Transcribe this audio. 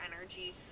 energy